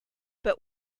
but